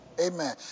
Amen